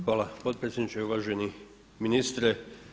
Hvala potpredsjedniče, uvaženi ministre.